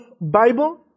Bible